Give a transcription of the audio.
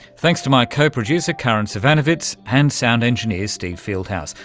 thanks to my co-producer karin zsivanovits and sound engineer steve fieldhouse,